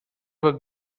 were